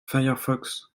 firefox